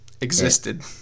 existed